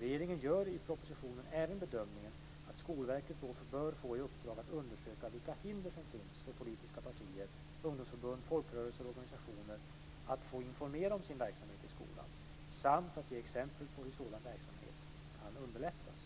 Regeringen gör i propositionen även bedömningen att Skolverket bör få i uppdrag att undersöka vilka hinder som finns för politiska partier, ungdomsförbund, folkrörelser och organisationer att få informera om sin verksamhet i skolan samt att ge exempel på hur sådan verksamhet kan underlättas.